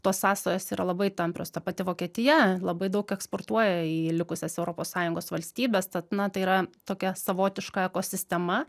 tos sąsajos yra labai tamprios ta pati vokietija labai daug eksportuoja į likusias europos sąjungos valstybes tad na tai yra tokia savotiška ekosistema